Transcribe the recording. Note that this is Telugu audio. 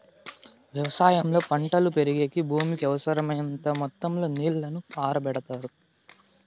వ్యవసాయంలో పంటలు పెరిగేకి భూమికి అవసరమైనంత మొత్తం లో నీళ్ళను పారబెడతారు